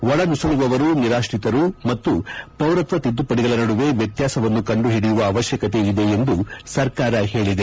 ಒಳನುಸುಳುವವರು ನಿರಾತ್ರಿತರು ಮತ್ತು ಪೌರತ್ವ ತಿದ್ದುಪಡಿಗಳ ನಡುವೆ ವ್ಯತ್ಯಾಸವನ್ನು ಕಂಡುಹಿಡಿಯುವ ಅವಶ್ಯಕತೆ ಇದೆ ಎಂದು ಸರ್ಕಾರ ಹೇಳಿದೆ